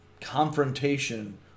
confrontation